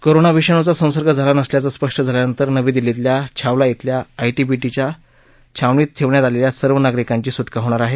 corona विषणूचा संसर्ग झाला नसल्याचं स्पष्ट झाल्यानंतर नवी दिल्लीतल्या छावला इथल्या आय विंधीपीच्या छावणीत ठेवण्यात आलेल्या सर्व नागरिकांची सुक्का होणार आहे